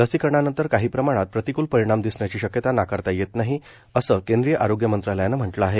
लसीकरणानंतर काही प्रमाणात प्रतिकृल परिणाम दिसण्याची शक्यता नाकारता येत नाही असं केंद्रीय आरोग्य मंत्रालयानं म्हटलं आहे